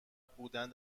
بودن